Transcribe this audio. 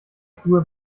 schuhe